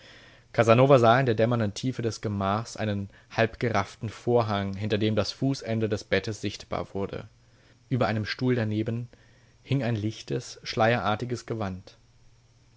casanova sah in der dämmernden tiefe des gemachs einen halbgerafften vorhang hinter dem das fußende des bettes sichtbar wurde über einem stuhl daneben hing ein lichtes schleierartiges gewand